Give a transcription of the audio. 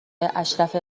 اشرف